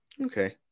Okay